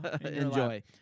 Enjoy